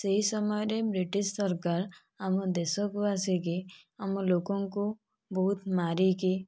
ସେହି ସମୟରେ ବ୍ରିଟିଶ ସରକାର ଆମ ଦେଶକୁ ଆସିକି ଆମ ଲୋକଙ୍କୁ ବହୁତ ମାରିକି